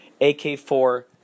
AK4